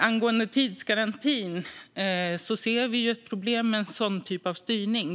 Angående tidsgarantin ser vi ett problem med en sådan typ av styrning.